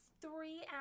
three